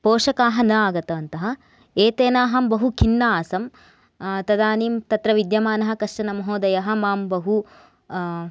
पोषकाः न आगतवन्तः एतेन अहं बहु खिन्ना आसम् तदानीं तत्र विद्यमानः कश्चन महोदयः मां बहु